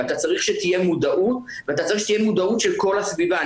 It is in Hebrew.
אתה צריך שתהיה מודעות ואתה צריך שתהיה מודעות של כל הסביבה.